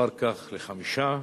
אחר כך לחמישה,